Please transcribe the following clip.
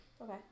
Okay